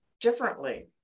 differently